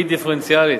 והיא דיפרנציאלית.